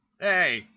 Hey